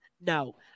no